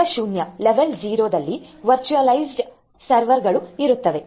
ಮಟ್ಟ ಸೊನ್ನೆಯಲ್ಲಿ ವರ್ಚುಯಲೈಜ್ಡ್ ಸರ್ವರ್ಗಳಿರುತ್ತವೆ